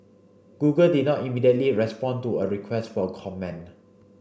Google did not immediately respond to a request for comment